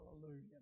Hallelujah